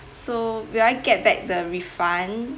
so will I get back the refund